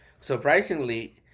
surprisingly